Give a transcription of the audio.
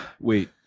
wait